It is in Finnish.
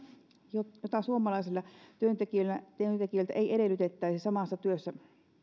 jota jota suomalaisilta työntekijöiltä ei edellytettäisi samassa työssä